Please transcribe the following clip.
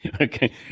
Okay